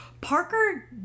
Parker